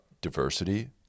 diversity